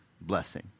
blessing